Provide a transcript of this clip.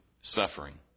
Suffering